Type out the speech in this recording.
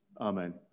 Amen